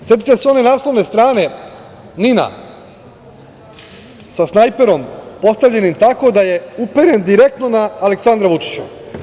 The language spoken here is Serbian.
Setite se one naslovne strane NIN-a sa snajperom postavljenim tako da je uperen direktno na Aleksandra Vučića!